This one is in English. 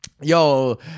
yo